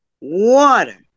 water